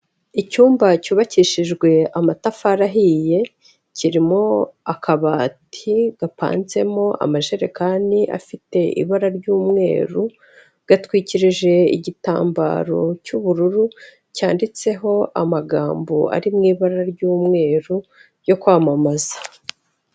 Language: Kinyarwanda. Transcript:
Icyumba cyubakishijwe amatafari ahiye kirimo akabati gapanzemo amajerekani afite ibara ry'umweru, gatwikirije igitambaro cy'ubururu cyanditseho amagambo ari mu ibara ry'umweru ryo kwamamaza.